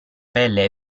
pelle